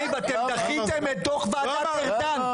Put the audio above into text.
חברים, אתם דחיתם את דוח ועדת ארדן.